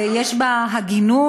ויש בה הגינות,